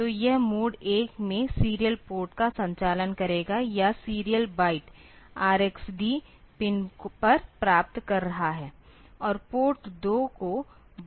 तो यह मोड 1 में सीरियल पोर्ट का संचालन करेगा या सीरियल बाइट RxD पिन पर प्राप्त कर रहा है और पोर्ट 2 को बाइट भेजते हैं